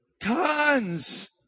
tons